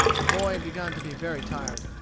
the boy had begun to be very tired.